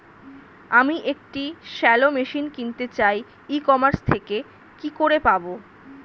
আমি একটি shallow machine কিনতে চাই ই কমার্স থেকে কি করে পাবো?